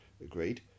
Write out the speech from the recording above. agreed